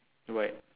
white